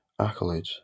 Accolades